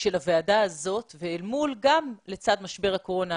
של הוועדה הזאת - גם לצד משבר הקורונה,